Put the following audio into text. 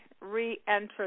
re-enter